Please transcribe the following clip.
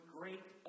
great